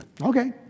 okay